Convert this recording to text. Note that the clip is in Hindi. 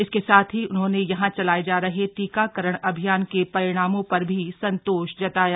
इसके साथ ही उन्होंने यहां चलाए जा रहे टीकाकरण अभियान के परिणामों पर भी संतोष जताया